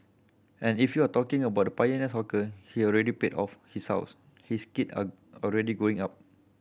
and if you're talking about the pioneer hawker he already paid off his house his kid are already grown up